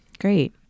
Great